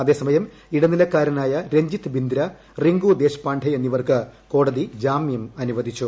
അതേസമയം ഇടനിലക്കാരനായ രഞ്ജിത് ബിന്ദ്ര റിങ്കു ദേശ്പാണ്ഡെ എന്നിവർക്ക് കോടതി ജാമ്യം അനുവദിച്ചു